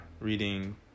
reading